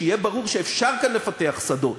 וכשיהיה ברור שאפשר כאן לפתח שדות,